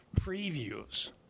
previews